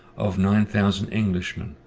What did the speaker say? of nine thousand englishmen,